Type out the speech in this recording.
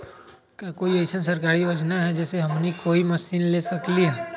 का कोई अइसन सरकारी योजना है जै से हमनी कोई मशीन ले सकीं ला?